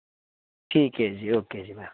ਠੀਕ ਹੈ ਜੀ ਓਕੇ ਜੀ ਬਾਏ